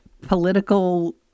political